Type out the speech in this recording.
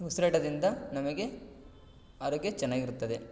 ಉಸಿರಾಟದಿಂದ ನಮಗೆ ಆರೋಗ್ಯ ಚೆನ್ನಾಗಿರುತ್ತದೆ